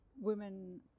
women